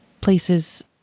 places